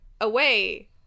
away